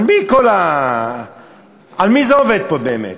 על מי זה עובד פה, באמת?